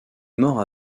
mort